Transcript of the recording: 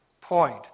point